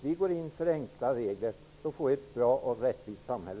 Vi går in för enkla regler, och då får vi också ett bra och rättvist samhälle.